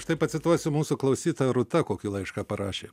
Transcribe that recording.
štai pacituosiu mūsų klausytoja rūta kokį laišką parašė